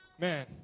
Man